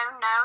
no